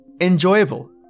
Enjoyable